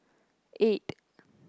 eight